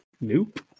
Nope